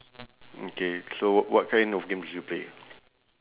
okay so w~ what kind of games do you play